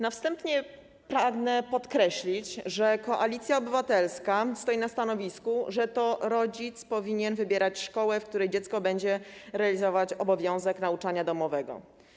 Na wstępie pragnę podkreślić, że Koalicja Obywatelska stoi na stanowisku, że to rodzic powinien wybierać szkołę, w której dziecko będzie realizować obowiązek nauczania domowego.